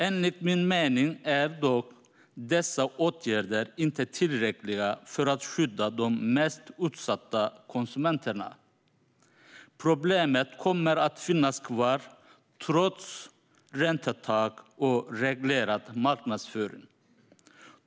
Enligt min mening är dock dessa åtgärder inte tillräckliga för att skydda de mest utsatta konsumenterna. Problemet kommer att finnas kvar trots räntetak och reglerad marknadsföring.